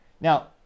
Now